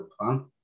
plan